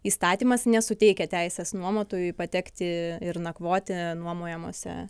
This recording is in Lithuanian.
įstatymas nesuteikia teisės nuomotojui patekti ir nakvoti nuomojamose